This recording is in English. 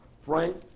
Frank